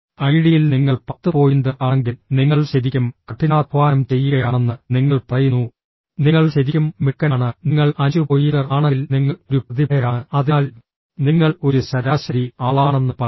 ഐഐടിയിൽ നിങ്ങൾ പത്ത് പോയിന്റർ ആണെങ്കിൽ നിങ്ങൾ ശരിക്കും കഠിനാധ്വാനം ചെയ്യുകയാണെന്ന് നിങ്ങൾ പറയുന്നു നിങ്ങൾ ശരിക്കും മിടുക്കനാണ് നിങ്ങൾ അഞ്ച് പോയിന്റർ ആണെങ്കിൽ നിങ്ങൾ ഒരു പ്രതിഭയാണ് അതിനാൽ നിങ്ങൾ ഒരു ശരാശരി ആളാണെന്ന് പറയുന്നു